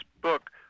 book